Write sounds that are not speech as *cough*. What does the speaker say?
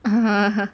*laughs*